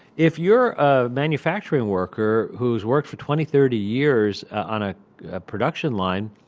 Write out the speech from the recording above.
if you're a manufacturing worker who's worked for twenty, thirty years on a production line,